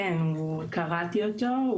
כן, קראתי אותו.